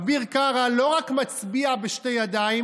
אביר קארה לא רק מצביע בשתי ידיים,